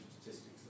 statistics